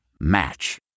Match